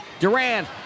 Durant